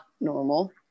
normal